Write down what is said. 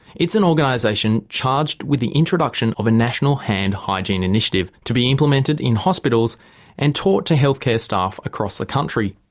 it's an organisation charged with the introduction of a national hand hygiene initiative to be implemented in hospitals hospitals and taught to health care staff across the country.